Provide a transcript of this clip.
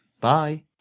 Bye